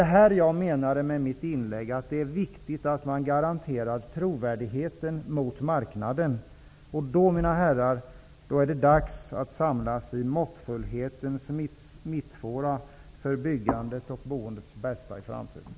Det här är vad jag menade med mitt inlägg. Det är viktigt att man garanterar trovärdigheten mot marknaden. Då, mina herrar, är det dags att samlas i måttfullhetens mittfåra för byggandets och boendets bästa i framtiden.